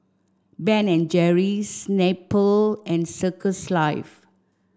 Ben and Jerry's Snapple and Circles Life